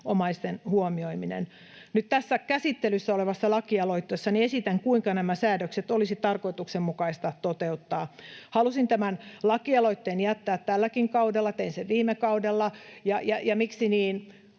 omaisten huomioiminen. Nyt tässä käsittelyssä olevassa lakialoitteessani esitän, kuinka nämä säädökset olisi tarkoituksenmukaista toteuttaa. Halusin tämän lakialoitteen jättää tälläkin kaudella — tein sen viime kaudella — ja miksi niin?